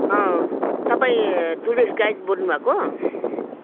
अँ तपाईँ tourist guide बोल्नुभएको